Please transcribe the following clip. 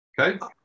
Okay